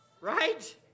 Right